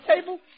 table